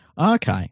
Okay